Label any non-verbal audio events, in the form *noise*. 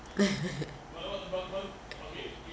*laughs*